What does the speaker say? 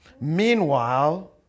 Meanwhile